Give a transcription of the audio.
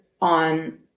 on